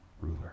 ruler